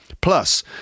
Plus